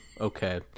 okay